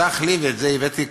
מכוח